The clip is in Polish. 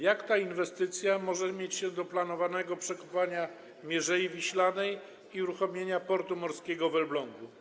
Jak ta inwestycja ma się do planowanego przekopania Mierzei Wiślanej i uruchomienia portu morskiego w Elblągu?